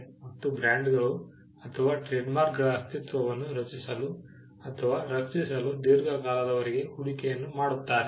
ಮತ್ತು ಬ್ರ್ಯಾಂಡ್ಗಳು ಅಥವಾ ಟ್ರೇಡ್ಮಾರ್ಕ್ಗಳ ಅಸ್ತಿತ್ವವನ್ನು ರಚಿಸಲು ಅಥವಾ ರಕ್ಷಿಸಲು ದೀರ್ಘಕಾಲದವರೆಗೆ ಹೂಡಿಕೆಯನ್ನು ಮಾಡುತ್ತಾರೆ